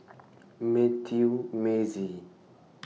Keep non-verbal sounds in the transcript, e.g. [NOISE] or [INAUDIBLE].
Mathew Mazie [NOISE]